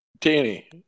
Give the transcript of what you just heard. Danny